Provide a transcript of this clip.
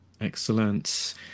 Excellent